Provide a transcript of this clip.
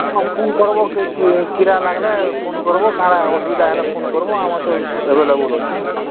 phone କରବୋ କିରା ଲାଗିଲେ ଫୋନ୍ କରବୋ କାଣା ଅସୁବିଧା ହେଲେ ଫୋନ୍ କରବୋ ଆମେ ତ ଆଭେଲେବ୍ଲ ଅଛୁଁ